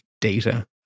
data